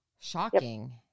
shocking